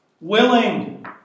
willing